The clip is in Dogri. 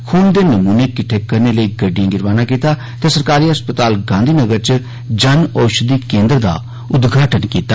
खून दे नमूर्ने किट्ठे करने लेई गड्डिडएं गी रवाना कीता ते सरकारी अस्पताल गांधी नगर च जन औषधिी केन्द्र दा उद्घाटन कीता